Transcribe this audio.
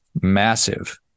massive